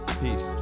Peace